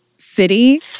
city